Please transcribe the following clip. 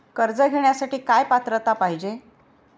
कर्ज घेण्यासाठी काय पात्रता पाहिजे?